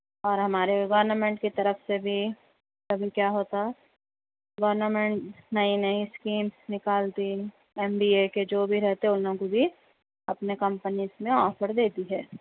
اور ہمارے گورنمینٹ کی طرف سے بھی کبھی کیا ہوتا گورنمینٹ نئی نئی اسکیم نکالتے ایم بی اے کے جو بھی رہتے ان لوگوں کو بھی اپنی کمپنیز میں آفر دیتی ہے